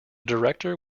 director